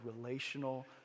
Relational